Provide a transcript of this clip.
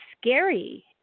scary